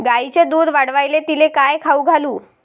गायीचं दुध वाढवायले तिले काय खाऊ घालू?